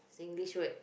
Singlish word